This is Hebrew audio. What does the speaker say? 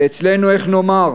ואלינו, איך נאמר,